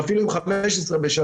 או אפילו אם 15 בשנה,